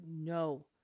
no